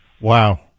Wow